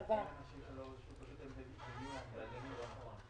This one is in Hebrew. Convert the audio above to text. עצוב שאנחנו מקיימים דיון על סיוע שהיה